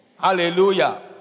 Hallelujah